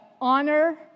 honor